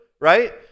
right